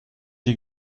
die